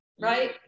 right